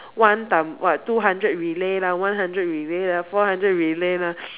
one time what two hundred relay lah one hundred relay lah four hundred relay lah